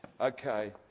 okay